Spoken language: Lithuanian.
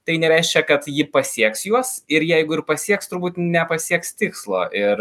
tai nereiškia kad ji pasieks juos ir jeigu ir pasieks turbūt nepasieks tikslo ir